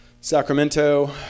sacramento